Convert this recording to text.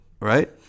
Right